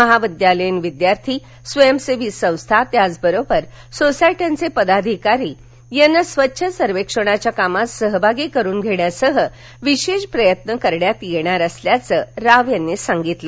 महाविद्यालयीन विद्यार्थी स्वयंसेवी संस्थात्याचबरोबर सोसायट्यांचे पदाधिकारी यांना स्वच्छ सर्वेक्षणाच्या कामात सहभागी करून घेण्यासाठी विशेष प्रयत्न करण्यात येणार असल्याचं राव म्हणाले